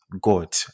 god